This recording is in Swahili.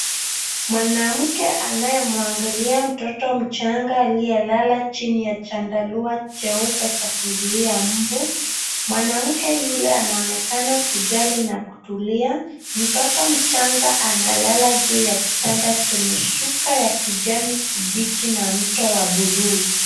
Mwanamke anayemwangalia mtoto mchanga aliyelala chini ya chandarua cheupe cha kuzuia mbu. Mwanamke yule anaonekana kujali na kutulia. Mtoto mchanga analala juu ya kitanda chenye shuka ya kijani kibichi na mto wa buluu.